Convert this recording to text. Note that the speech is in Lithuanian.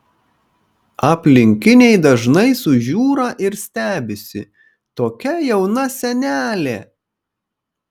aplinkiniai dažnai sužiūra ir stebisi tokia jauna senelė